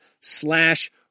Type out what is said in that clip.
slash